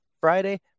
Friday